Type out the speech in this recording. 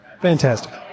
Fantastic